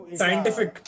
scientific